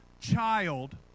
child